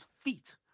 feet